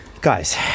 guys